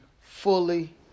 fully